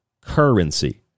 currency